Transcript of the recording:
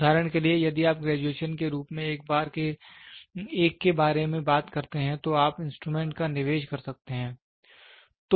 उदाहरण के लिए यदि आप ग्रेजुएशन के रूप में एक के बारे में बात करते हैं तो आप इंस्ट्रूमेंट का निवेश कर सकते हैं